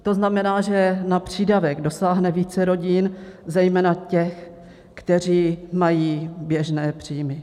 To znamená, že na přídavek dosáhne více rodin, zejména těch, kteří mají běžné příjmy.